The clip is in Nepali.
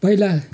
पहिला